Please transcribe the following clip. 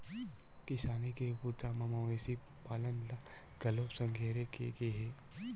किसानी के बूता म मवेशी पालन ल घलोक संघेरे गे हे